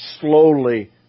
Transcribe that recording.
slowly